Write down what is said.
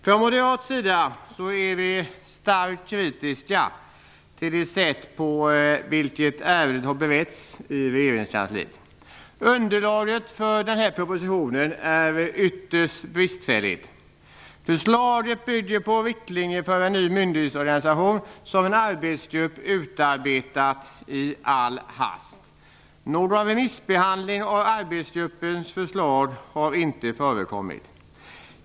Från moderat sida är vi starkt kritiska till det sätt på vilket ärendet har beretts i regeringskansliet. Underlaget för den här propositionen är ytterst bristfälligt. Förslaget bygger på riktlinjer för en ny myndighetsorganisation som en arbetsgrupp utarbetat i all hast. Någon remissbehandling av arbetsgruppens förslag har inte förekommit.